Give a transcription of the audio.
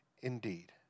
indeed